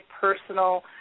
personal